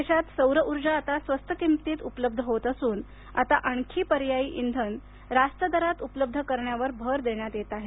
देशात सौर ऊर्जा आता स्वस्त किंमतीत उपलब्ध होत असून आता आणखी पर्यायी इंधन रास्त दरात उपलब्ध करण्यावर भर देण्यात येत आहे